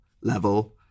level